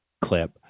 clip